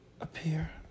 appear